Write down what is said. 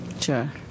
Sure